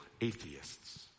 atheists